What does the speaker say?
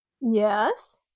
Yes